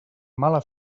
mala